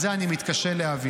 את זה אני מתקשה להבין.